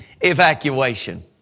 evacuation